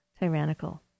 tyrannical